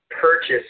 purchase